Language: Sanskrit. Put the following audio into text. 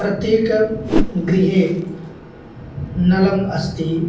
प्रत्येकं गृहे नलम् अस्ति